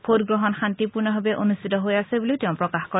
vote গ্ৰহণ শান্তিপূৰ্ণভাৱে অনুষ্ঠিত হৈ আছে বুলিও তেওঁ প্ৰকাশ কৰে